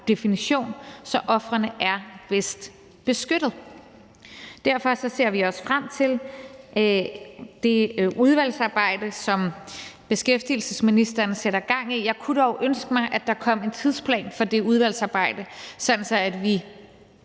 definition, så ofrene er bedst beskyttet. Derfor ser vi også frem til det udvalgsarbejde, som beskæftigelsesministeren sætter gang i. Jeg kunne dog ønske mig, at der kom en tidsplan for det udvalgsarbejde, sådan